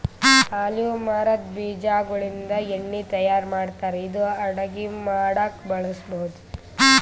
olive ಮರದ್ ಬೀಜಾಗೋಳಿಂದ ಎಣ್ಣಿ ತಯಾರ್ ಮಾಡ್ತಾರ್ ಇದು ಅಡಗಿ ಮಾಡಕ್ಕ್ ಬಳಸ್ಬಹುದ್